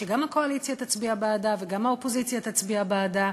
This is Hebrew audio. שגם הקואליציה תצביע בעדה וגם האופוזיציה תצביע בעדה,